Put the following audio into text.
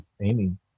aiming